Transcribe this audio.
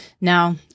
Now